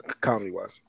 comedy-wise